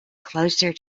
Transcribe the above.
closer